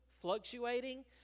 fluctuating